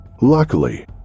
Luckily